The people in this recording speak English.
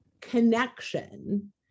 connection